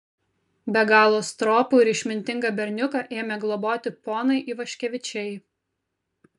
be galo stropų ir išmintingą berniuką ėmė globoti ponai ivaškevičiai